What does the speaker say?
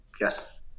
Yes